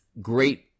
Great